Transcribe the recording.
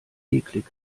eklig